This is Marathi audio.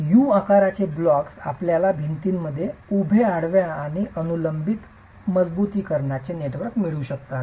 U आकाराचे ब्लॉक आपल्याला भिंतींमध्ये उभे आडव्या आणि अनुलंब मजबुतीकरणाचे नेटवर्क मिळू शकतात